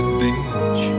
beach